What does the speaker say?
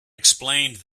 explained